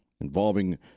involving